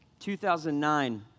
2009